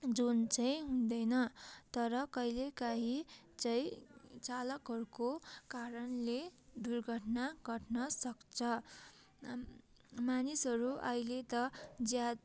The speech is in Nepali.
जुन चाहिँ हुँदैन तर कहिले काहीँ चाहिँ चालकहरूको कारणले दुर्घटना घटन सक्छ मानिसहरू अहिले त ज्याद